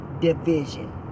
division